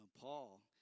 Paul